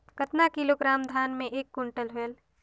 कतना किलोग्राम धान मे एक कुंटल होयल?